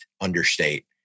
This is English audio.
understate